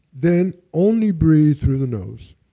then only breathe through the nose